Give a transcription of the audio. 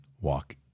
walk